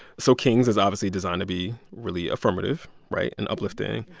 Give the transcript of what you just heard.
so kings is obviously designed to be really affirmative right? and uplifting.